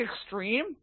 extreme